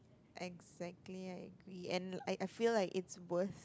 exactly I agree and like like I feel like it's worth